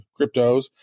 cryptos